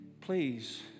please